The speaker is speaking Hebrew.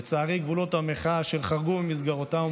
לצערי גבולות המחאה אשר חרגו ממסגרתם,